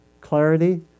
clarity